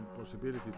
possibility